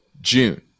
June